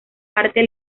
arte